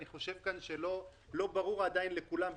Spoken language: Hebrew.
לא ברור עדיין לכולם,